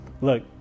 Look